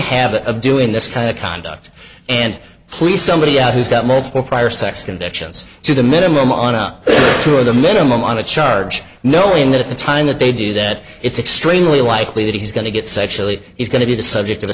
habit of doing this kind of conduct and please somebody who's got multiple prior sex convictions to the minimum on up to the minimum on a charge knowing that at the time that they do that it's extremely likely that he's going to get sexually he's going to be the subject of